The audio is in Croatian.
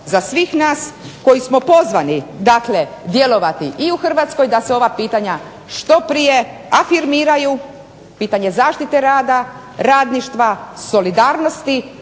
za svih nas koji smo pozvani djelovati i u Hrvatskoj da se ova pitanja što prije afirmiraju pitanje zaštite rada, radništva, solidarnosti.